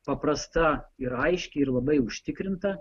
paprasta ir aiški ir labai užtikrinta